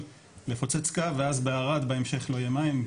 לפוצץ קו ואז בערד בהמשך לא יהיה מים,